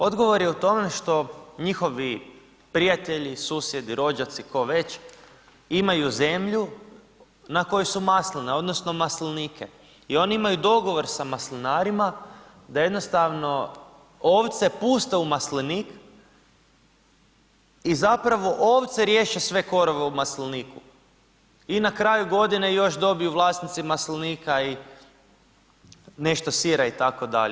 Odgovor je u tome što njihovi prijatelji, susjedi, rođaci, tko već imaju zemlju na kojoj su masline, odnosno maslinike i oni imaju dogovor sa maslinarima, da jednostavno ovce puste u maslinik i zapravo ovce riješe sve korove u masliniku i na kraju godine još dobiju vlasnici maslinika i nešto sira, itd.